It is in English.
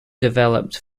developed